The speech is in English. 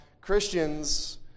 Christians